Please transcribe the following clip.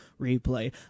Replay